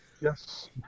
Yes